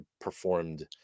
performed